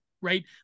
right